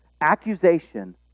Accusation